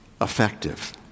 effective